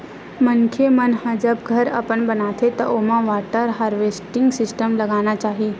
मनखे मन ह जब घर अपन बनाथे त ओमा वाटर हारवेस्टिंग सिस्टम लगाना चाही